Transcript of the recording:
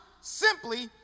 simply